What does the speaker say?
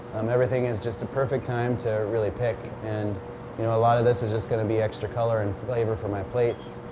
um everything is just the perfect time to really pick. and you know a lot of this is just going to be extra color and flavor for my plates.